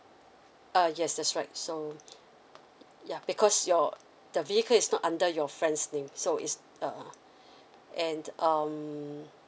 uh yes that's right so yeah because your the vehicle is not under your friend's name so it's err and um